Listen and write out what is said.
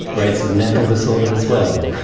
rates of mental disorder as well,